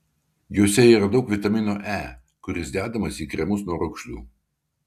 juose yra daug vitamino e kuris dedamas į kremus nuo raukšlių